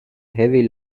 heavy